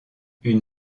une